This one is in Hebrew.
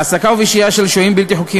בהעסקה ובשהייה של שוהים בלתי חוקיים